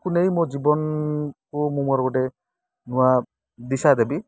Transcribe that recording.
ତାକୁ ନେଇ ମୋ ଜୀବନକୁ ମୁଁ ମୋର ଗୋଟେ ନୂଆ ଦିଶା ଦେବି